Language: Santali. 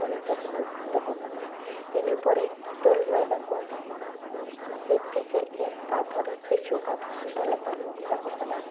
ᱚᱱᱟ ᱫᱚᱠᱚ ᱫᱚᱦᱚ ᱠᱟᱫᱟ ᱤᱱᱟᱹ ᱯᱚᱨᱮ ᱨᱩᱞ ᱢᱚᱭᱫᱟ ᱠᱚ ᱥᱤᱯᱤ ᱠᱮᱫ ᱜᱮ ᱛᱟᱯᱚᱨᱮ ᱠᱤᱪᱷᱩ ᱟᱫᱷᱼᱜᱷᱚᱱᱴᱟ ᱞᱮᱠᱟ ᱠᱚ ᱫᱚᱦᱚ ᱠᱟᱫᱟ